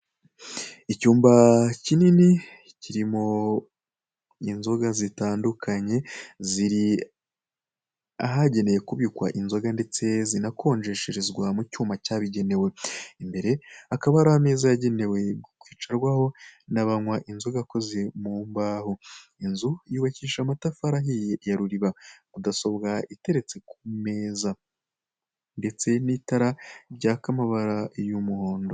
Icyumba kinini kiririmo inzoga zitandukanye ziri ahagenewe kubikwa inzoga, ndetse zakonjesherezwa mu cyuma cyabigenewe, imbere hakaba hari ameza yagenewe kwicarwaho n'abanywa inzoga akoze mu mbaho inzu yubakishije amatafari ahiye ya ruriba. Mudasobwa iteretse ku meza ndetse n'itara ryakamabara y'umuhondo.